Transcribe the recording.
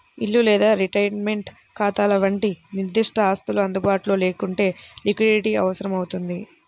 ఇల్లు లేదా రిటైర్మెంట్ ఖాతాల వంటి నిర్దిష్ట ఆస్తులు అందుబాటులో లేకుంటే లిక్విడిటీ అవసరమవుతుంది